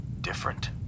different